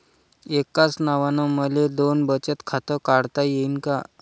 एकाच नावानं मले दोन बचत खातं काढता येईन का?